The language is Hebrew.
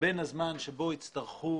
בין הזמן שבו יצטרכו